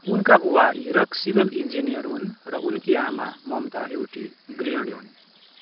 उनका बुबा Hirak civil engineer हुन् र उनकी आमा ममता एउटी गृहिणी हुन्